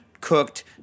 cooked